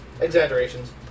exaggerations